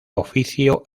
oficio